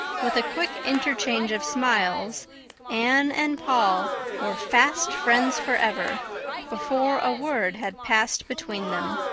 with a quick interchange of smiles anne and paul were fast friends forever before a word had passed between them.